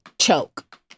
Choke